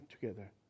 together